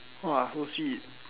!wah! so sweet